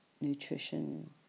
nutrition